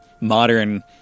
modern